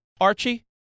Archie